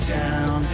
down